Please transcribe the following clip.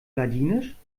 ladinisch